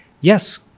Yes